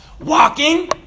Walking